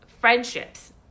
friendships